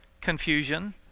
confusion